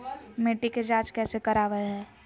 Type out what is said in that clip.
मिट्टी के जांच कैसे करावय है?